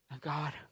God